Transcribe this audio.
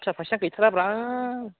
हाब सार फायसा गैथाराब्रा